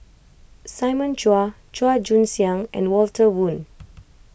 Simon Chua Chua Joon Siang and Walter Woon